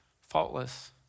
faultless